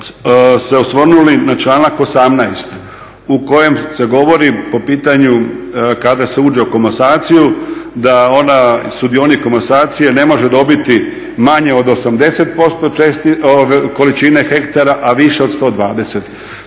se osvrnuli na članak 18.u kojem se govori po pitanju kada se uđe u komasaciju da sudionik komasacije ne može dobiti manje od 80% količine hektara, a više od 120.